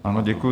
Ano, děkuji.